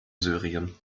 syrien